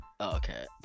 Okay